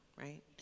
right